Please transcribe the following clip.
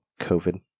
COVID